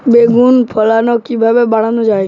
বেগুনের ফলন কিভাবে বাড়ানো যায়?